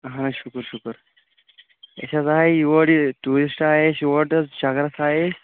اہَن حظ شُکر شُکُر أسۍ حظ آیہِ یور یہِ ٹوٗرِسٹ آیاے أسۍ یور حظ چکرس آیے